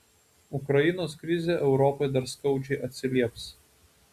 ukrainos krizė europai dar skaudžiai atsilieps